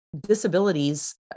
disabilities